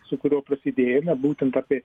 su kuriuo prasidėjome būtent apie